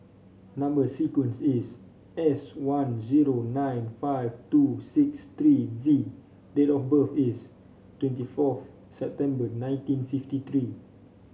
number sequence is S one zero nine five two six three V date of birth is twenty four September nineteen fifty three